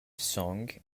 song